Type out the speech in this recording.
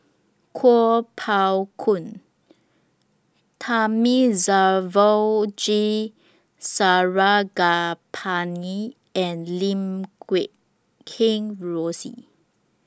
Kuo Pao Kun Thamizhavel G Sarangapani and Lim Guat Kheng Rosie